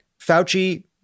Fauci